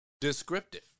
descriptive